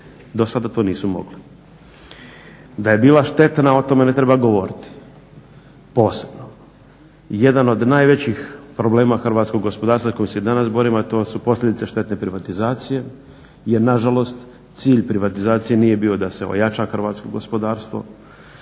Do sada to nisu mogli. Da je bila štetna o tome ne treba govoriti posebno. Jedan od najvećih problema hrvatskog gospodarstva s kojim se danas borimo, a to su posljedice štetne privatizacije jer nažalost cilj privatizacije nije bio da se ojača hrvatsko gospodarstvo,